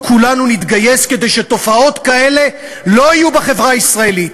כולנו נתגייס כדי שתופעות כאלה לא יהיו בחברה הישראלית.